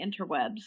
interwebs